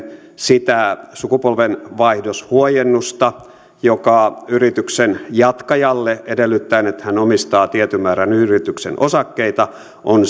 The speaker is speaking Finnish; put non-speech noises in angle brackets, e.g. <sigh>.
sitä sukupolvenvaihdoshuojennusta joka yrityksen jatkajalle edellyttäen että hän omistaa tietyn määrän yrityksen osakkeita on <unintelligible>